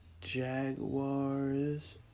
Jaguars